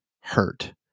hurt